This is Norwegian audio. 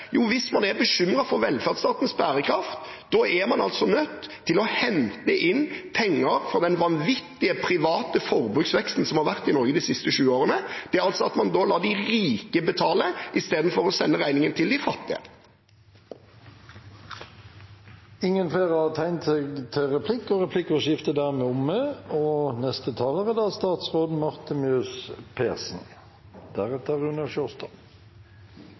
Jo, hvis man er bekymret for velferdsstatens bærekraft, er man nødt til å hente inn penger fra den vanvittige private forbruksveksten som har vært i Norge de siste 20 årene. Det innebærer da altså at man lar de rike betale, i stedet for å sende regningen til de fattige.